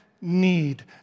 need